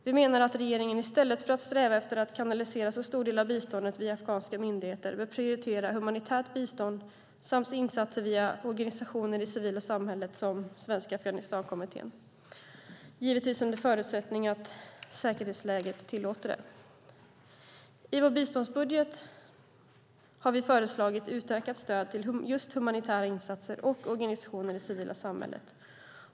Vi menar att regeringen i stället för att sträva efter att kanalisera en så stor del av biståndet via afghanska myndigheter bör prioritera humanitärt bistånd samt insatser via organisationer i det civila samhället som Svenska Afghanistankommittén, givetvis under förutsättning att säkerhetsläget tillåter det. I vår biståndsbudget har vi föreslagit utökat stöd till just humanitära insatser och till organisationer i det civila samhället.